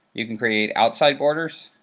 you can create outside borders,